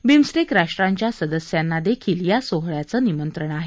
BIMSTEC राष्ट्रांच्या सदस्यांना देखील या सोहळ्याचं निमंत्रण आहे